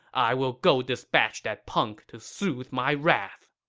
i will go dispatch that punk to soothe my wrath!